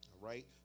right